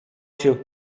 się